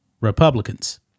Republicans